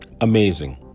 Amazing